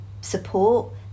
support